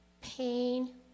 pain